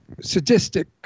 sadistic